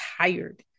tired